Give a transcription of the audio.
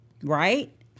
right